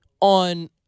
on